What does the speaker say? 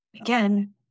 Again